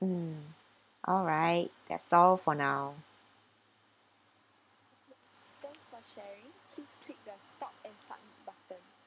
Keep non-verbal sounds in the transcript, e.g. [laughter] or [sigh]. mm all right that's all for now [noise]